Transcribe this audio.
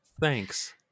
thanks